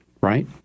right